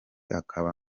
akaba